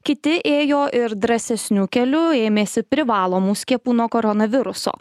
kiti ėjo ir drąsesniu keliu ėmėsi privalomų skiepų nuo koronaviruso